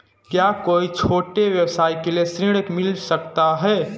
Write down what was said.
क्या कोई छोटे व्यवसाय के लिए ऋण मिल सकता है?